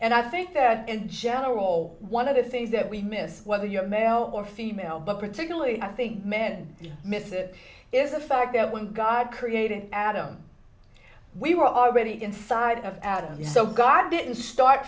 and i think that in general one of the things that we miss whether you're male or female but particularly i think men miss it is a fact that when god created adam we were already inside of our so god didn't start